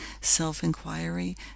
self-inquiry